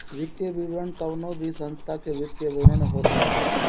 वित्तीय विवरण कवनो भी संस्था के वित्तीय विवरण होत बाटे